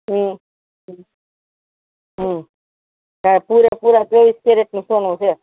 પૂરેપૂરાં ચોવીસ કેરેટનું સોનું છે